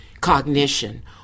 cognition